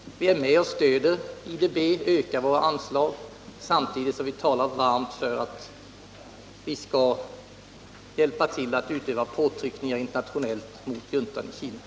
Sverige är med i IDB och ökar anslagen samtidigt som det talar varmt om att det internationellt skall vara med och hjälpa till att utöva påtryckningar mot juntan i Chile.